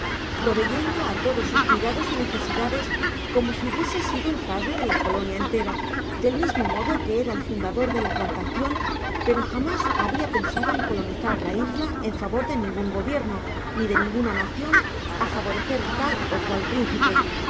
proveyendo á todos sus cuidados y necesidades como si hubiese sido el padre de la colonia entera del mismo modo que era el fundador de la plantacion pero jamás habia pensado en colonizar la isla en favor de ningun gobierno ni de ninguna nacion á favorecer tal ó cual principe